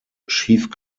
schief